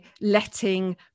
letting